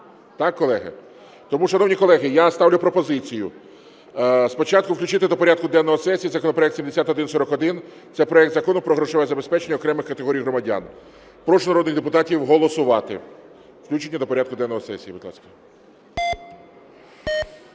Так, колеги? Тому, шановні колеги, я ставлю пропозицію спочатку включити до порядку денного сесії законопроект 7141 – це проект Закону про грошове забезпечення окремих категорій громадян. Прошу народних депутатів голосувати включення до порядку денного сесії,